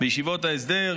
בישיבות ההסדר,